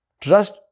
Trust